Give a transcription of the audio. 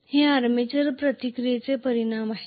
हे आर्मेचर प्रतिक्रियेचे परिणाम आहेत